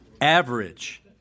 Average